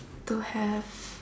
to have